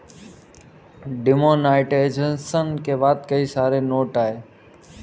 demonetisation के बाद कई सारे नए नोट आये